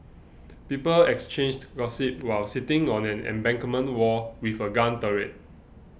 people exchanged gossip while sitting on an embankment wall with a gun turret